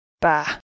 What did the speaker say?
Bah